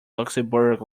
luxembourg